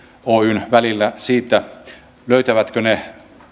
oyn välillä siitä löytävätkö ne